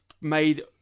made